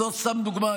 זו סתם דוגמה.